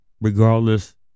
regardless